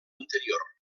anterior